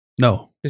No